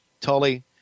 Tully